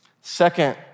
Second